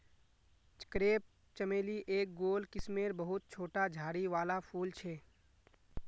crepe चमेली एक गोल किस्मेर बहुत छोटा झाड़ी वाला फूल छे